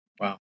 Wow